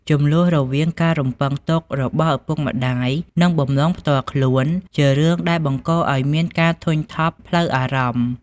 ជម្លោះរវាងការរំពឹងទុករបស់ឪពុកម្ដាយ និងបំណងផ្ទាល់ខ្លួនជារឿងដែលបង្កឱ្យមានការធុញថប់ផ្លូវអារម្មណ៍។